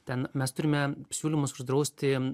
ten mes turime siūlymus uždrausti